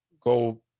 go